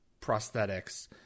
prosthetics